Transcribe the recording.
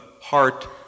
heart